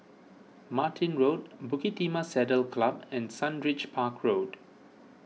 Martin Road Bukit Timah Saddle Club and Sundridge Park Road